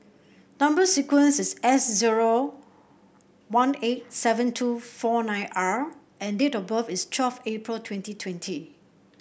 number sequence is S zero one eight seven two four nine R and date of birth is twelve April twenty twenty